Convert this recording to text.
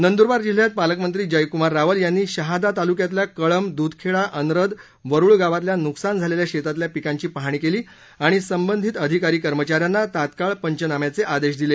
नंदुरबार जिल्ह्यात पालकमंत्री जयकुमार रावल यांनी शहादा तालुक्यातल्या कळंब द्धखेडा अनरद वरुळ गावातल्या नुकसान झालेल्या शेतातल्या पीकांची पाहणी केली आणि संबंधीत अधिकारी कर्मचाऱ्यांना तात्काळ पंचनाम्याचे आदेश दिले